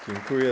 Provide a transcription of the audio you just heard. Dziękuję.